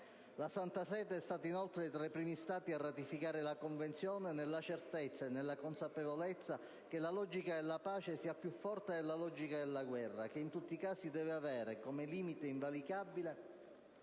La Santa Sede è stata inoltre tra le prime Parti a ratificare la Convenzione, nella certezza e nella consapevolezza che la logica della pace sia più forte della logica della guerra, che in tutti i casi deve avere come limite invalicabile